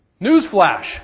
Newsflash